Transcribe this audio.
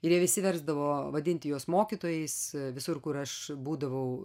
ir jie visi versdavo vadinti juos mokytojais visur kur aš būdavau